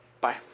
Bye